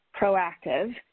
proactive